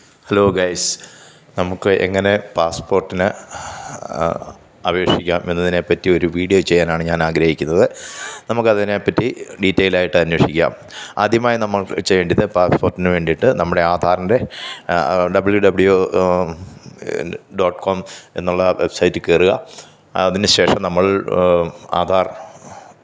hello guys നമ്മള്ക്ക് എങ്ങനെ പാസ്പോര്ട്ടിന് അപേക്ഷിക്കാം എന്നതിനെപ്പറ്റിയൊരു വീഡിയോ ചെയ്യാനാണ് ഞാനാഗ്രഹിക്കുന്നത് നമുക്കതിനെപ്പറ്റി ഡീറ്റേയിലായിട്ടന്വേഷിക്കാം ആദ്യമായി നമ്മള് ചെയ്യേണ്ടിയത് പാസ്പോര്ട്ടിന് വേണ്ടിയിട്ട് നമ്മുടെ ആധാറിന്റെ W W and dot com എന്നുള്ള വെബ്സൈറ്റില് കയറുക അതിനുശേഷം നമ്മള് ആധാര്